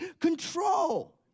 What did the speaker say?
control